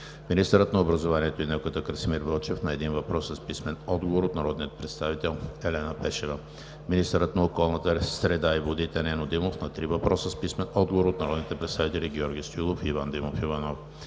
министърът на образованието и науката Красимир Вълчев на един въпрос с писмен отговор от народния представител Елена Пешева; - министърът на околната среда и водите Нено Димов на три въпроса с писмен отговор от народните представители Георги Стоилов и Иван Димов Иванов;